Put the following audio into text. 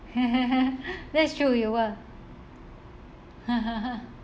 that's true you were